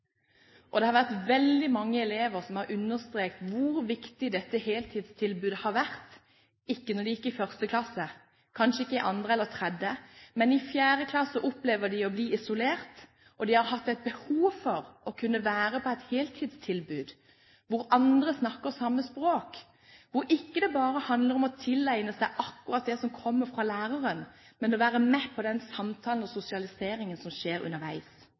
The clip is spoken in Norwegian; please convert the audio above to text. elever som har understreket hvor viktig dette heltidstilbudet har vært – ikke da de gikk i første klasse, kanskje ikke i andre eller tredje, men i fjerde klasse opplever de å bli isolert, og de har et behov for å kunne være på et heltidstilbud hvor andre snakker samme språk, hvor det ikke bare handler om å tilegne seg akkurat det som kommer fra læreren, men å være med på den samtalen og sosialiseringen som skjer underveis.